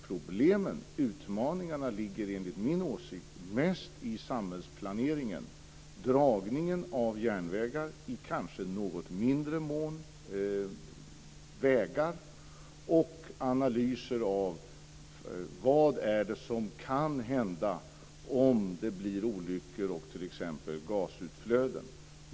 Problemen och utmaningarna ligger, enligt min åsikt, mest i samhällsplaneringen, dvs. dragningen av järnvägar och - i kanske något mindre mån - vägar och analyser av vad som kan hända om det blir olyckor och t.ex. gasutflöden.